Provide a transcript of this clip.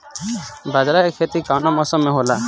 बाजरा के खेती कवना मौसम मे होला?